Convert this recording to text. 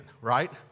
right